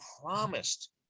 promised